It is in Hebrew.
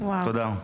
תודה.